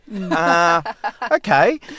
Okay